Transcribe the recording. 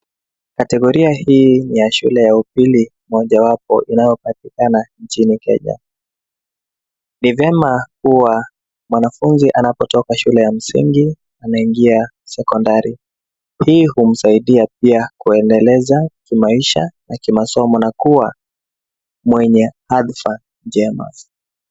Kategoria hii ni ya shule ya upili, moja wapo inayopatikana nchini Kenya. Ni vyema kuwa, mwanafunzi anapotoka shule ya msingi, anaingia sekondari. Hii humsaidia pia, kuendeleza kimaisha na kimasomo na kuwa mwenye afya njema.